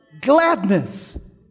gladness